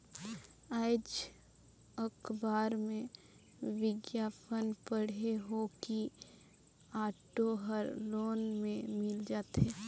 आएज अखबार में बिग्यापन पढ़े हों कि ऑटो हर लोन में मिल जाथे